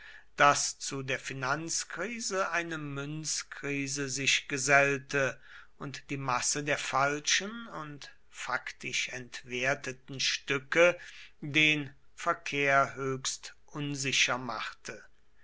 daß zu der finanzkrise eine münzkrise sich gesellte und die masse der falschen und faktisch entwerteten stücke den verkehr höchst unsicher machte